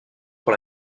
pour